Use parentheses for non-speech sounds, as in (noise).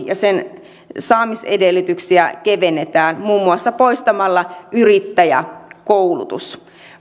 (unintelligible) ja sen saamisedellytyksiä kevennetään muun muassa poistamalla yrittäjäkoulutus